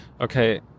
okay